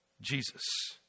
Jesus